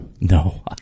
No